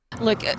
Look